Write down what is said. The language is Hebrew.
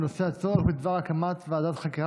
בנושא: הצורך בדבר הקמת ועדת חקירה